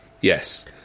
Yes